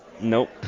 Nope